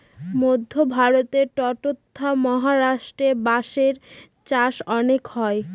মধ্য ভারতে ট্বতথা মহারাষ্ট্রেতে বাঁশের চাষ অনেক হয়